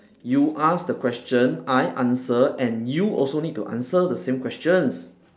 you ask the question I answer and you also need to answer the same questions